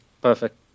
Perfect